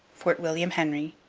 fort william henry,